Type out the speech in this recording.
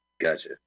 Gotcha